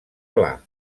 pla